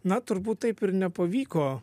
na turbūt taip ir nepavyko